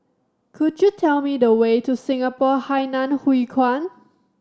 could you tell me the way to Singapore Hainan Hwee Kuan